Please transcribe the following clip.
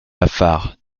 lafare